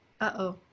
Uh-oh